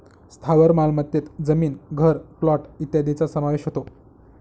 स्थावर मालमत्तेत जमीन, घर, प्लॉट इत्यादींचा समावेश होतो